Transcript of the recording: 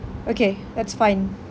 okay it's fine